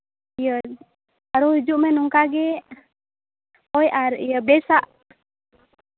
ᱤᱭᱟᱹ ᱟᱨᱚ ᱦᱤᱡᱩᱜ ᱢᱮ ᱱᱚᱝᱠᱟ ᱜᱮ ᱦᱳᱭ ᱟᱨ ᱵᱮᱥᱼᱟᱜ